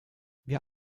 wir